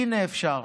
הינה, אפשר.